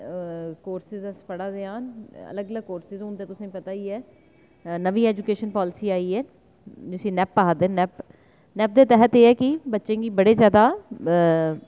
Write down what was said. courses अस पढ़ा नेआं अलग अलग कोर्सेज़ होंदे तुसेंगी पता ई ऐ नमीं ऐजूकेशन पॉलिसी आई ऐ जिस्सी नैप्प आक्खदे नैप्प नैप्प दे तैह्त एह् ऐ कि बच्चें गी बड़े ज्यादा